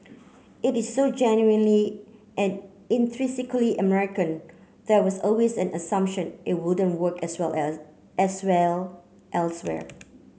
it is so genuinely and intrinsically American there was always an assumption it wouldn't work as well as as well elsewhere